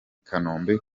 kanombe